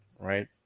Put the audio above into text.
right